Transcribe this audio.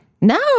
No